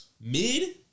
Mid